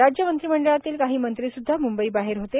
राज्य मंत्रिमंडळातील काही मंत्रीसुद्धा मुंबईबाहेर होते